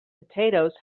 potatoes